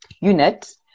unit